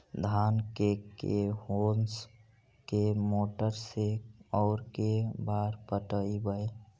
धान के के होंस के मोटर से औ के बार पटइबै?